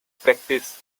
practice